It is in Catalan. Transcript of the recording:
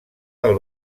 del